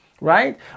right